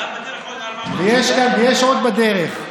יש בדרך גם עוד, ויש עוד בדרך.